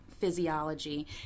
physiology